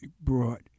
brought